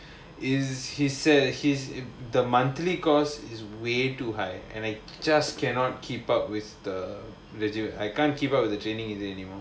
is he said he's the monthly because is way too high and I just cannot keep up with the legit I can't keep up with the training in anymore